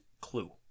clue